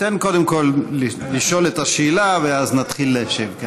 תן קודם כול לשאול את השאלה ואז נתחיל להשיב.